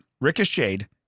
ricocheted